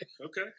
Okay